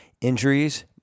injuries